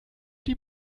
die